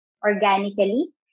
organically